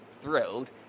thrilled